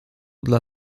dla